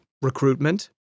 recruitment